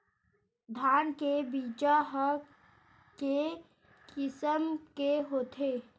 धान के बीजा ह के किसम के होथे?